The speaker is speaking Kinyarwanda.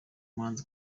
muhanzi